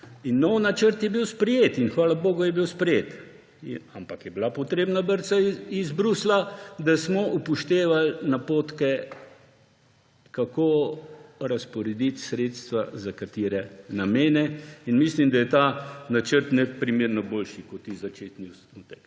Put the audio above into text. In nov načrt je bil sprejet. In, hvala bogu, je bil sprejet. Ampak je bila potrebna brca iz Bruslja, da smo upoštevali napotke, kako razporediti sredstva in za katere namene. Mislim, da je ta načrt neprimerno boljši, kot je bil tisti začetni osnutek.